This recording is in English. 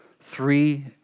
three